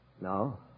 No